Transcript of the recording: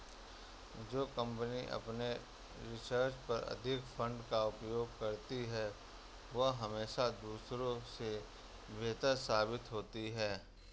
जो कंपनी अपने रिसर्च पर अधिक फंड का उपयोग करती है वह हमेशा दूसरों से बेहतर साबित होती है